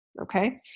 Okay